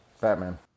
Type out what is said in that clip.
Batman